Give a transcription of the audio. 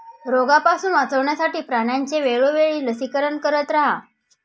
रोगापासून वाचवण्यासाठी प्राण्यांचे वेळोवेळी लसीकरण करत रहा